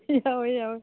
ꯌꯥꯎꯋꯦ ꯌꯥꯎꯋꯦ